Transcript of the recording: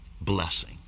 blessing